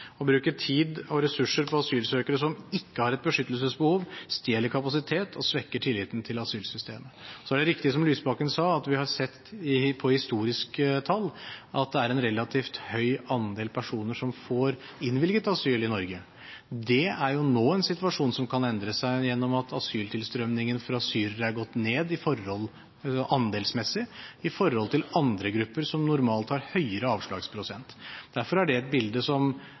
Å bruke tid og ressurser på asylsøkere som ikke har et beskyttelsesbehov, stjeler kapasitet og svekker tilliten til asylsystemet. Så er det riktig som Lysbakken sa, at vi har sett på historiske tall at det er en relativt høy andel personer som får innvilget asyl i Norge. Det er jo nå en situasjon som kan endre seg gjennom at asyltilstrømningen av syrere er gått ned andelsmessig i forhold til andre grupper som normalt har høyere avslagsprosent. Derfor er det et bilde som